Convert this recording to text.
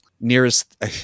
Nearest